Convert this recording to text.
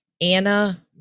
anna